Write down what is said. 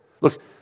Look